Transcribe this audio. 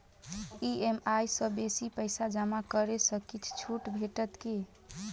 EMI सँ बेसी पैसा जमा करै सँ किछ छुट भेटत की?